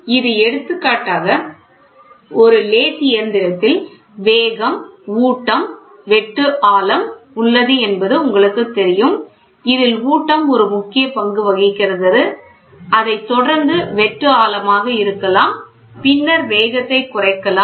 இது எடுத்துக்காட்டாக ஒரு லேத் இயந்திரத்தில் வேகம் ஊட்டம் வெட்டு ஆழம் உள்ளது என்பது உங்களுக்குத் தெரியும் இதில் ஊட்டம் ஒரு முக்கிய பங்கு வகிக்கிறது அதைத் தொடர்ந்து வெட்டு ஆழமாக இருக்கலாம் பின்னர் வேகத்தை குறைக்கலாம்